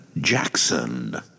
Jackson